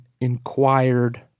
inquired